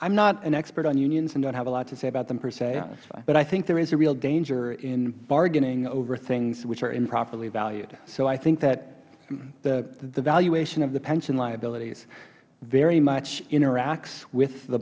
am not an expert on unions and dont have a lot to say about them per se but i think there is a real danger in bargaining over things which are improperly valued so i think that the valuation of the pension liabilities very much interacts with the